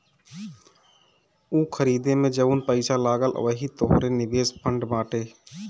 ऊ खरीदे मे जउन पैसा लगल वही तोहर निवेश फ़ंड बाटे